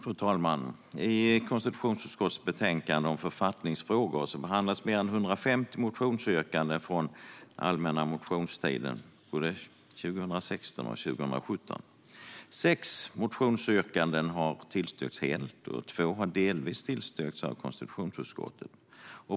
Fru talman! I konstitutionsutskottets betänkande om författningsfrågor behandlas mer än 150 motionsyrkanden från allmänna motionstiden både 2016 och 2017. Sex motionsyrkanden har tillstyrkts helt och två har delvis tillstyrkts av konstitutionsutskottet.